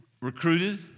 recruited